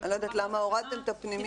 אני לא יודעת למה הורדתם את הפנימיות.